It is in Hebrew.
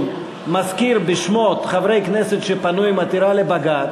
מזכיר בשמות חברי כנסת שפנו לבג"ץ,